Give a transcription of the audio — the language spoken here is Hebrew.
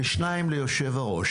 ושתיים ליושב-ראש